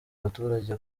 abaturage